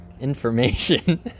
information